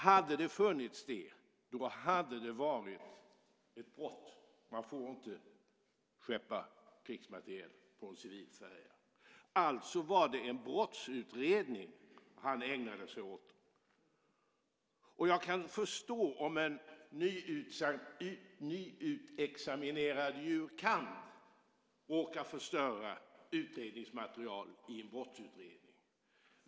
Hade det funnits där hade det varit ett brott. Man får inte skeppa krigsmateriel på en civil färja. Alltså var det en brottsutredning som han ägnade sig åt. Jag kan förstå om en nyutexaminerad jur.kand. råkar förstöra utredningsmaterial i en brottsutredning.